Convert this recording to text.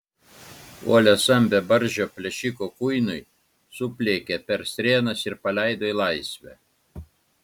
o liesam bebarzdžio plėšiko kuinui supliekė per strėnas ir paleido į laisvę